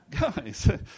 guys